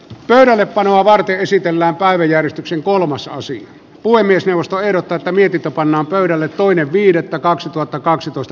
pöydällepanoa varten esitellään päiväjärjestyksen kolmas halusi puhemiesneuvosto ehdottaa ja mietitä pannaan pöydälle toinen viidettä kaksituhattakaksitoista